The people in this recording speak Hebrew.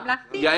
כל